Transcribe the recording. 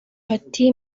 bati